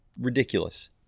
ridiculous